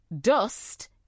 dust